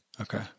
Okay